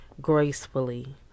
gracefully